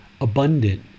abundant